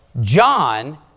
John